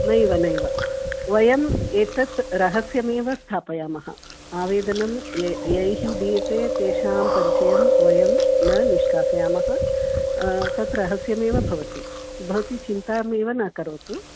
नैव नैव वयम् एतत् रहस्यमेव स्थापयामः आवेदनं यैः यैः दीयते तेषां परिचयं वयं न निष्कासयामः तत् रहस्यमेव भवति भवती चिन्तामेव न करोतु